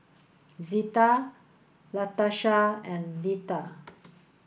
Zita Latarsha and Leatha